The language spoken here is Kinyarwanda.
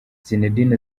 zinedine